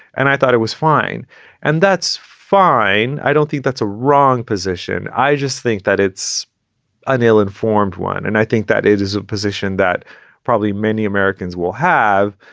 and i thought it was fine and that's fine. i don't think that's a wrong position. i just think that it's an ill informed one. and i think that it is a position that probably many americans will have.